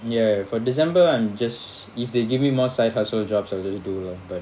ya for december and just if they give me more side hustle jobs I'll just do lor